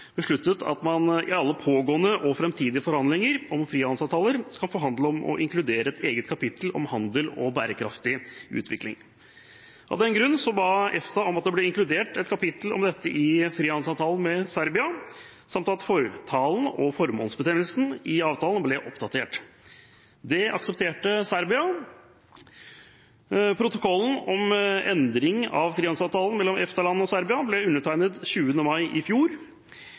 besluttet at man i alle pågående og framtidige forhandlinger om frihandelsavtaler skal forhandle om å inkludere et eget kapittel om handel og bærekraftig utvikling. Av den grunn ba EFTA om at det ble inkludert et kapittel om dette i frihandelsavtalen med Serbia, samt at fortalen og formålsbestemmelsen i avtalen ble oppdatert. Det aksepterte Serbia. Protokollen om endring av frihandelsavtalen mellom EFTA-landene og Serbia ble undertegnet 20. mai i fjor.